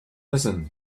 listen